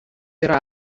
yra